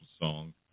song